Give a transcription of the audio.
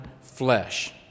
flesh